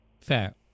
fair